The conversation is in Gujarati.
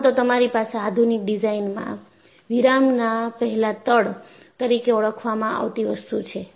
આમ તોતમારી પાસે આધુનિક ડિઝાઇનમાં વિરામના પહેલાં તડ તરીકે ઓળખવામાં આવતી વસ્તુ છે